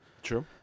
True